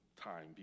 time